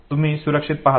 तुम्ही सुरक्षितता पाहता